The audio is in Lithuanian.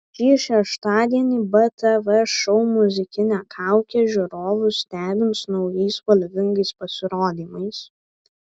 šį šeštadienį btv šou muzikinė kaukė žiūrovus stebins naujais spalvingais pasirodymais